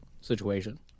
situation